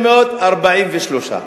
9,843,